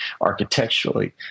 architecturally